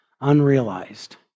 unrealized